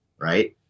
right